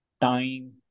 time